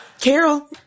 Carol